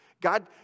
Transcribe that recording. God